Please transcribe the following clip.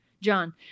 John